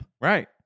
Right